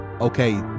okay